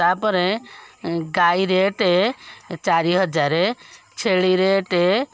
ତା ପରେ ଗାଈ ରେଟେ ଚାରି ହଜାରେ ଛେଳି ରେଟେ